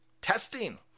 Testing